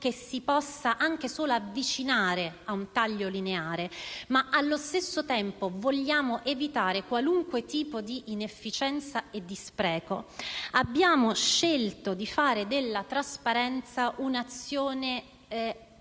che si possa anche solo avvicinare a un taglio lineare, ma allo stesso tempo vogliamo evitare qualunque tipo di inefficienza e di spreco, abbiamo scelto di fare della trasparenza un'azione profonda